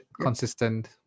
consistent